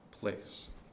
place